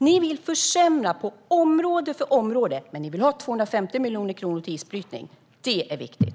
Ni vill försämra på område efter område, men ni vill ha 250 miljoner kronor till isbrytning. Det är viktigt.